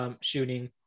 shooting